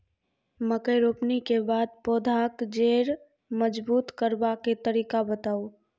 मकय रोपनी के बाद पौधाक जैर मजबूत करबा के तरीका बताऊ?